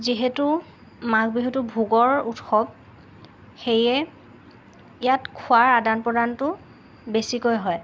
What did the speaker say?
যিহেতু মাঘ বিহুটো ভোগৰ উৎসৱ সেয়ে ইয়াত খোৱাৰ আদান প্ৰদানটো বেছিকৈ হয়